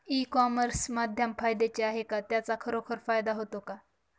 E commerce माध्यम फायद्याचे आहे का? त्याचा खरोखर फायदा होतो का?